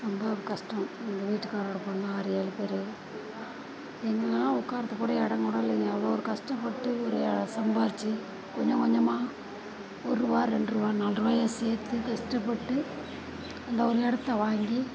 ரொம்ப கஷ்டம் எங்கள் வீட்டுக்காரர் பிறந்தது ஆறு ஏழு பேர் எங்கேனா உட்காரத்துக்கு கூட இடம் கூட இல்லைங்க அவ்வளோ ஒரு கஷ்டப்பட்டு ஒரு சம்பாரிச்சு கொஞ்சம் கொஞ்சமாக ஒருபா ரெண்ட்ரூபா நால்ரூபாய சேர்த்து கஷ்டப்பட்டு அந்த ஒரு இடத்த வாங்கி